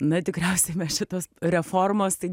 na tikriausiai šitos reformos tai